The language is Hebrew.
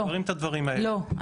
לא,